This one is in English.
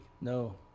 No